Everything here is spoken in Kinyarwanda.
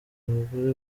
abagore